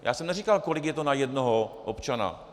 Já jsem neříkal, kolik je to na jednoho občana.